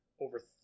over